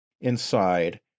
inside